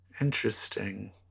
Interesting